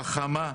חכמה,